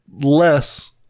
less